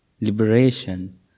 liberation